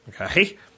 Okay